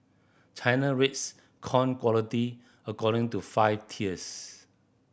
China rates corn quality according to five tiers